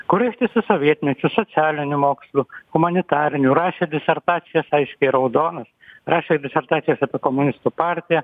kur ištisu sovietmečiu socialinių mokslų humanitarinių rašė disertacijas aiškiai raudonas rašė disertacijas apie komunistų partiją